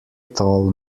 tall